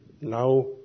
now